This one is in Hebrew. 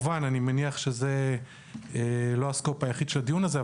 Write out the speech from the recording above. אני מניח שזה לא הסקופ היחיד של הדיון הזה,